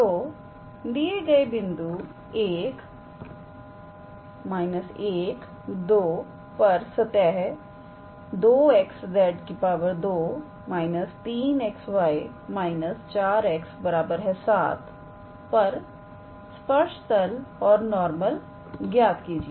तो दिए गए बिंदु 1 12 पर सतह 2𝑥𝑧 2 − 3𝑥𝑦 − 4𝑥 7 पर स्पर्श तल और नॉर्मल ज्ञात कीजिए